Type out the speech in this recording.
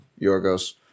Yorgos